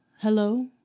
hello